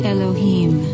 Elohim